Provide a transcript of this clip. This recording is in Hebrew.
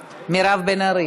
מירב.